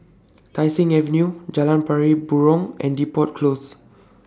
Tai Seng Avenue Jalan Pari Burong and Depot Close